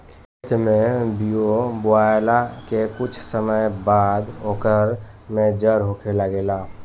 खेत में बिया बोआला के कुछ समय बाद ओकर में जड़ होखे लागेला